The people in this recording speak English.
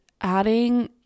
adding